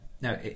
no